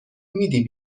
میدی